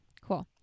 cool